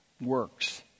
works